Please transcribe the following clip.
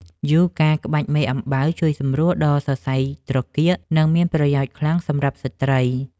យូហ្គាក្បាច់មេអំបៅ ជួយសម្រួលដល់សរសៃត្រគាក និងមានប្រយោជន៍ខ្លាំងសម្រាប់ស្ត្រី។